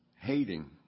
hating